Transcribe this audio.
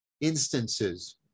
instances